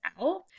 out